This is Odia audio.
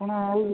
ଆପଣ ଆଉ